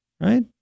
right